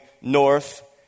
north